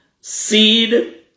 seed